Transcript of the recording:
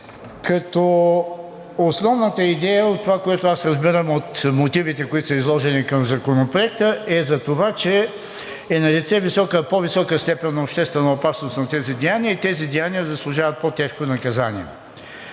като основната идея от това, което аз разбирам от мотивите, които са изложени към Законопроекта, е за това, че е налице по-висока степен на обществена опасност на тези деяния и тези деяния заслужават по-тежко наказание.